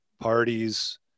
parties